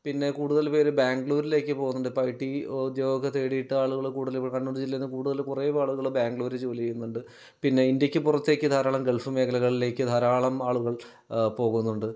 പിന്നെ കൂടുതൽ പേർ ബാംഗ്ലൂരിലേക്ക് പോകുന്നുണ്ട് ഇപ്പോൾ ഐ ടി ഉദ്യോഗം ഒക്കെ തേടിയിട്ട് ഇപ്പോൾ ആളുകൾ കൂടുതലും കണ്ണൂർ ജില്ലയിൽ നിന്നും കൂടുതലും കുറേ ആളുകൾ ബാംഗ്ലൂരിൽ ജോലി ചെയ്യുന്നുണ്ട് പിന്നെ ഇന്ത്യക്ക് പുറത്തേക്ക് ധാരാളം ഗൾഫ് മേഖലകളിലേക്ക് ധാരാളം ആളുകൾ പോകുന്നുണ്ട്